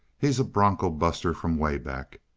he's a broncho buster from away back.